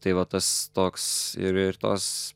tai va tas toks ir ir tos